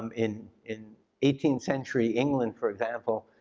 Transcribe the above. um in in eighteenth century england, for example,